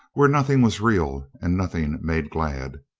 where nothing was real and nothing made glad.